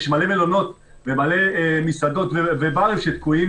יש מלא מלונות ומלא מסעדות וברים שתקועים